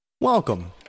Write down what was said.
Welcome